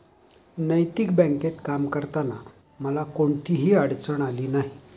नैतिक बँकेत काम करताना मला कोणतीही अडचण आली नाही